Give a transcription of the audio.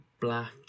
black